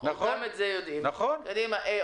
אבל גם המחשבה להפוך את הסדר.